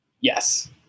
Yes